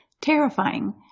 terrifying